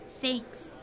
Thanks